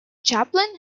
chaplin